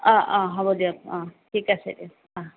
অঁ অঁ হ'ব দিয়ক অঁ ঠিক আছে দিয়ক অঁ